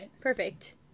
Perfect